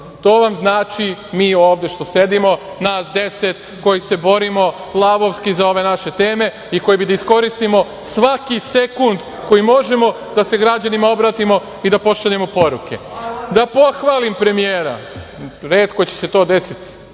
to vam znači mi ovde što sedimo, nas 10 koji se borimo lavovski za ove naše teme i koje bi da iskoristimo svaki sekund koji možemo da se građanima obratimo i da pošaljemo poruke, da pohvalim premijera, retko će se to desiti